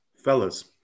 Fellas